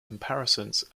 comparisons